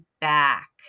back